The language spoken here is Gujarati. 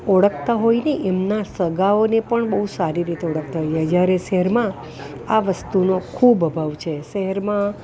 ઓળખતા હોય નહીં એમના સગાઓને પણ બહું સારી રીતે ઓળખતા હોય જ્યારે શહેરમાં આ વસ્તુનો ખૂબ અભાવ છે શહેરમાં